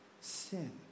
sin